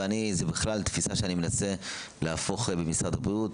ואני זה בכלל תפיסה שאני מנסה להפוך במשרד הבריאות